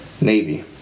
Navy